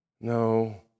No